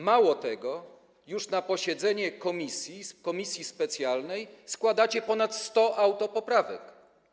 Mało tego, już na posiedzeniu komisji specjalnej składacie ponad 100 autopoprawek.